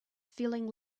feeling